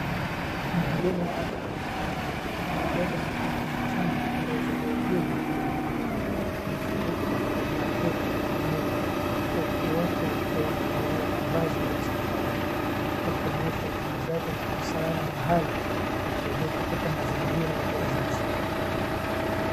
Mhudumu wa afya amebeba mtoto mchanga aliyezaliwa hivi punde. Amefunikwa kwa blanketi la bluu huku wote wakiwa wamevalia mavazi ya hospitali wakionyesha utunzaji na usalama wa hali ya juu katika mazingira ya uzazi.